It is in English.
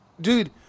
Dude